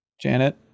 Janet